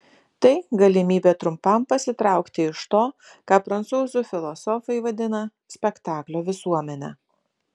tai galimybė trumpam pasitraukti iš to ką prancūzų filosofai vadina spektaklio visuomene